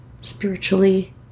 spiritually